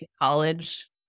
College